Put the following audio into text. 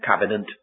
covenant